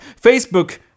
Facebook